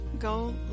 Go